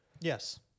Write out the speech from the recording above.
Yes